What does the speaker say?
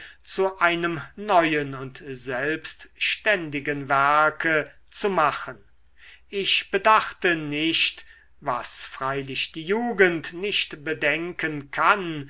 zu einem neuen und selbstständigen werke zu machen ich bedachte nicht was freilich die jugend nicht bedenken kann